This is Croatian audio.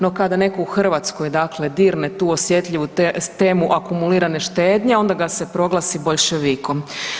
No kada neko u Hrvatskoj dakle dirne tu osjetljivu temu akumulirane štednje onda ga se proglasi boljševikom.